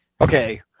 okay